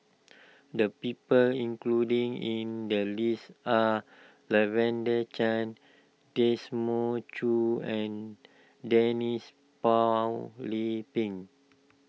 the people included in the list are Lavender Chang Desmond Choo and Denise Phua Lay Peng